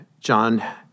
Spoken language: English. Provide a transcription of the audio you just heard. John